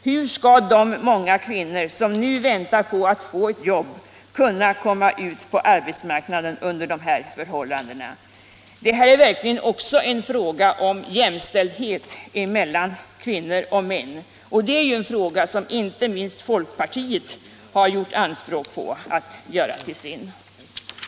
Hur skall de många kvinnor som nu väntar på att få ett jobb kunna komma ut på arbetsmarknaden under de här förhållandena? Detta är verkligen också en fråga om jämställdhet mellan kvinnor och män, och det är ju en fråga som inte minst folkpartiet har gjort anspråk på att den skulle vara deras.